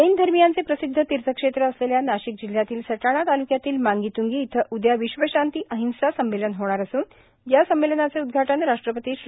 जैन धर्मियांचे प्रसिद्ध तीर्थक्षेत्र असलेल्या नाशिक जिल्ह्यातील सटाणा तालुक्यातील मांगीत्गी इथं उद्या विश्वशांती अहिंसा संमेलन होणार असून या संमेलनाचे उदघाटन राष्ट्रपती श्री